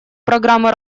программы